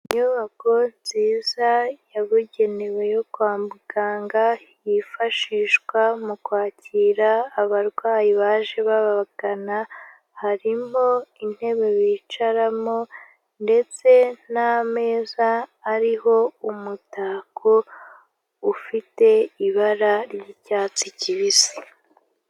Inyubako nziza yabugenewe yo kwa muganga, yifashishwa mu kwakira abarwayi baje babagana, harimo intebe bicaramo ndetse n'ameza ariho umutako ufite ibara ry'icyatsi kibisi.